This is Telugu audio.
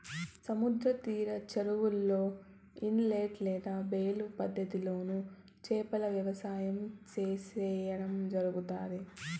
సముద్ర తీర చెరువులలో, ఇనలేట్ లేదా బేలు పద్ధతి లోను చేపల వ్యవసాయం సేయడం జరుగుతాది